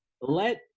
let